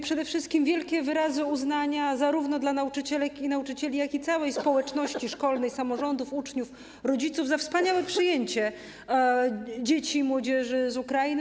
Przede wszystkim składam wielkie wyrazy uznania zarówno dla nauczycielek i nauczycieli, jak i całej społeczności szkolnej: samorządów, uczniów, rodziców za wspaniałe przyjęcie dzieci i młodzieży z Ukrainy.